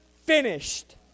finished